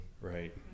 Right